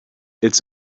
it’s